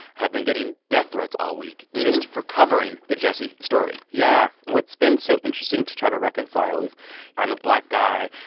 have been getting death threats all week just for covering the jussie story yeah. and what's been so interesting to try to reconcile is i'm a black guy,